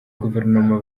guverinoma